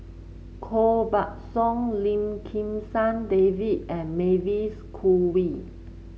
Koh Buck Song Lim Kim San David and Mavis Khoo Oei